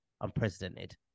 unprecedented